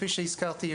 כפי שהזכרתי,